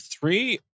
Three